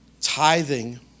tithing